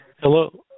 Hello